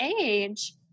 age